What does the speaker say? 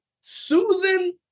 Susan